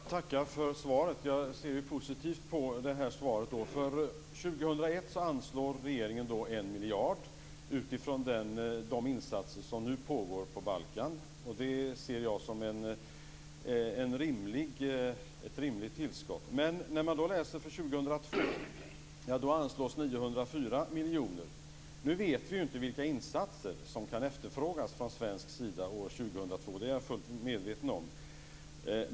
Fru talman! Jag tackar för svaret. Jag ser positivt på det. För 2001 anslår regeringen alltså 1 miljard utifrån de insatser som nu pågår på Balkan. Det ser jag som ett rimligt tillskott. Men när man läser siffrorna för 2002 ser man att det då anslås 904 miljoner. Nu vet vi inte vilka insatser som kan efterfrågas från svensk sida år 2002, det är jag fullt medveten om.